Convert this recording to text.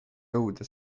jõuda